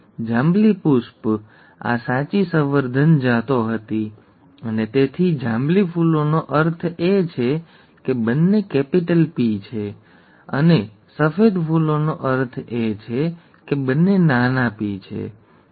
જાંબલી પુષ્પ આ સાચી સંવર્ધન જાતો હતી અને તેથી જાંબલી ફૂલોનો અર્થ એ છે કે બંને કેપિટલ પી છે અને સફેદ ફૂલોનો અર્થ એ છે કે બંને નાના પી છે ઠીક છે